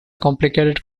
complicated